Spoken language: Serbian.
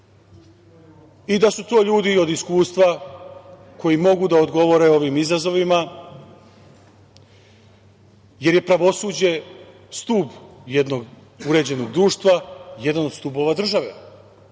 i da su to ljudi od iskustva koji mogu da odgovore ovim izazovima, jer je pravosuđe stub jednog uređenog društva, jedan od stubova države. Sudija